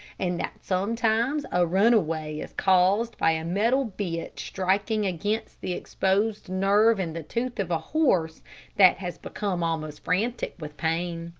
and that sometimes a runaway is caused by a metal bit striking against the exposed nerve in the tooth of a horse that has become almost frantic with pain.